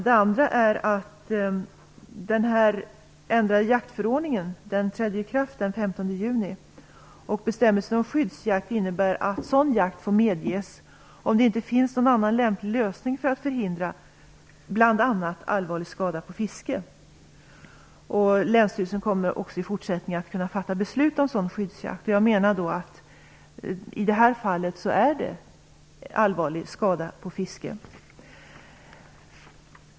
Det andra är att den förändrade jaktförordningen träder i kraft den 15 juni. Bestämmelserna om skyddsjakt innebär att sådan jakt får medges om det inte finns någon annan lämplig lösning för att förhindra bl.a. allvarlig skada på fisket. Länsstyrelsen kommer också i fortsättningen att kunna fatta beslut om sådan skyddsjakt. I det här fallet rör det sig om allvarlig skada på fisket.